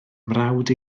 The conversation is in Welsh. mrawd